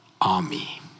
army